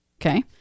okay